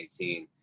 2018